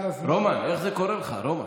רומן, איך זה קורה לך, רומן?